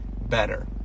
better